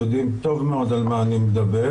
הם יודעים טוב מאוד על מה אני מדבר.